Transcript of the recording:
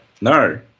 No